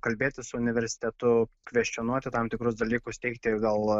kalbėtis su universitetu kvestionuoti tam tikrus dalykus teikti gal